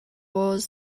was